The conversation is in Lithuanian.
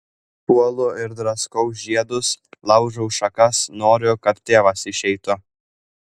puolu ir draskau žiedus laužau šakas noriu kad tėvas išeitų